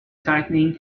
tightening